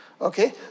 okay